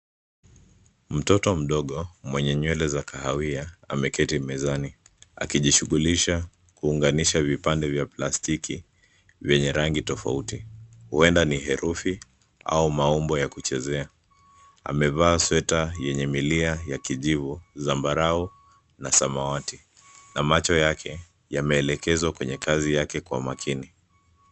Mtoto mdogo mwenye nywele za kahawia, ameketi mezani akijishughulisha kuunganisha vipande vya plastiki vyenye rangi tofauti, huenda ni herufi au maumbo ya kuchezea. Amevaa sweta yenye milia ya kijivu, zambarau na samawati na macho yake yameelekezwa kwenye kazi yake kwa makini.